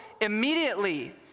immediately